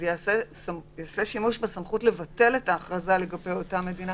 אז ייעשה שימוש בסמכות לבטל את ההכרזה באותה מדינה,